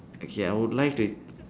okay I would like to